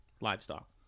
livestock